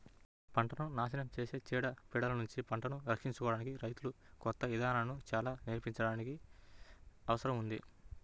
పంటను నాశనం చేసే చీడ పీడలనుంచి పంటను రక్షించుకోడానికి రైతులకు కొత్త ఇదానాలను చానా నేర్పించాల్సిన అవసరం ఉంది